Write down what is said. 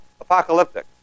Apocalyptic